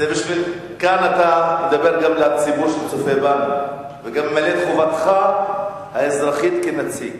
כאן אתה מדבר לציבור שצופה בנו וגם ממלא את חובתך האזרחית כנציג.